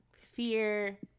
fear